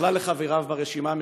ובכלל לחבריו ברשימה המשותפת.